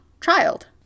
child